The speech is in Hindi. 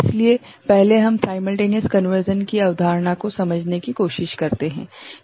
इसलिए पहले हम साइमल्टेनियस कन्वर्सन की अवधारणा को समझने की कोशिश करते हैं